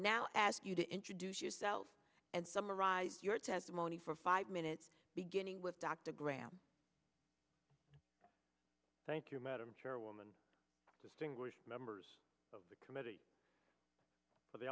now ask you to introduce yourself and summarize your testimony for five minutes beginning with dr graham thank you madam chairwoman distinguished members of the committee for the